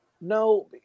No